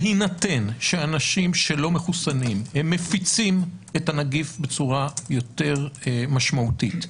בהינתן שאנשים שלא מחוסנים הם מפיצים את הנגיף בצורה יותר משמעותית,